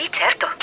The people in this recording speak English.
certo